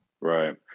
Right